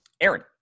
Aaron